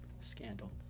Scandal